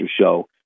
Show